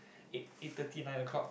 eight eight thirty nine o-clock